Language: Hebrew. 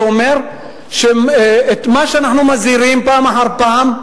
זה אומר שמה שאנחנו מזהירים פעם אחר פעם,